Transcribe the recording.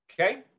okay